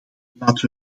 laten